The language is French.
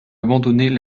abandonner